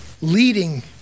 leading